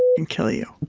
and kill you.